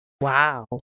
Wow